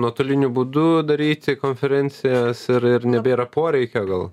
nuotoliniu būdu daryti konferencijas ir ir nebėra poreikio gal